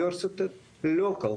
האוניברסיטאות לא קלטו.